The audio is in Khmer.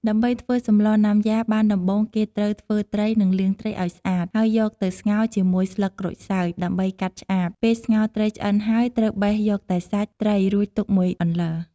ដើម្បីធ្វើសម្លណាំយ៉ាបានដំបូងគេត្រូវធ្វើត្រីនិងលាងត្រីឱ្យស្អាត ហើយយកទៅស្ងោរជាមួយស្លឹកក្រូចសើចដើម្បីកាត់ឆ្អាប ពេលស្ងោរត្រីឆ្អិនហើយត្រូវបេះយកតែសាច់ត្រីរួចទុកមួយអន្លើ។